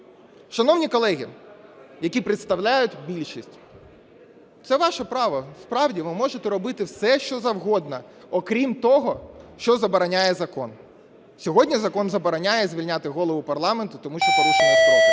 Шановні колеги, які представляють більшість, це ваше право, справді, ви можете робити все, що завгодно, окрім того, що забороняє закон. Сьогодні закон забороняє звільняти Голову парламенту, тому що порушення строків.